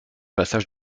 passages